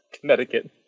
connecticut